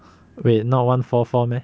wait not one four four meh